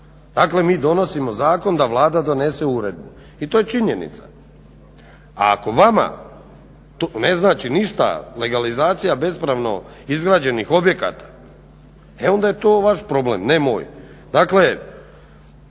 Dakle, mi donosimo zakon da Vlada donese uredbu i to je činjenica. A ako vama ne znači ništa legalizacija bespravno izgrađenih objekata, e onda je to vaš problem, ne moj.